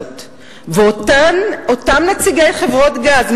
ואותם נציגי חברות גז,